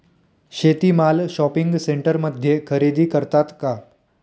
शेती माल शॉपिंग सेंटरमध्ये खरेदी करतात का?